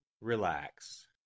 Relax